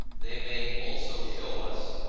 they may also show us,